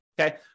okay